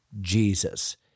Jesus